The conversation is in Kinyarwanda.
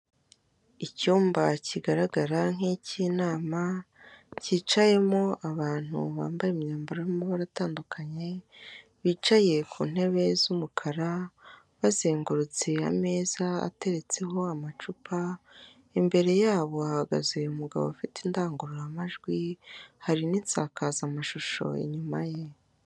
Icyumba kigaragara nk'icy'inama byicayemo abantu bambaye imyambaro y'amabara atandukanye, bicaye ku ntebe z'umukara bazengurutse ameza ateretseho amacupa, imbere yabo ahagaze uyu mugabo ufite indangururamajwi hari n'isakazamashusho inyuma ye.